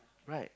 right